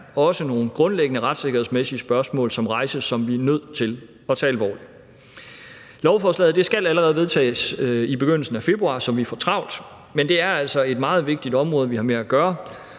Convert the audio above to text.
er også nogle grundlæggende retssikkerhedsmæssige spørgsmål, som rejses, og dem er vi nødt til at tage alvorligt. Lovforslaget skal allerede vedtages i begyndelsen af februar 2021, så vi får travlt. Men det er altså et meget vigtigt område, vi har med at gøre.